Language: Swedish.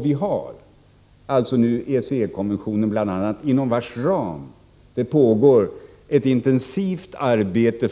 Vi har nu bl.a. ECE kommissionen, inom vars ram det pågår ett intensivt arbete